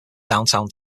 downtown